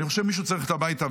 אני חושב שמישהו צריך ללכת הביתה,